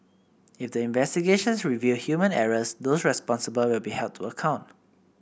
if the investigations reveal human errors those responsible will be held to account